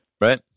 Right